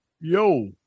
Yo